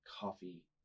coffee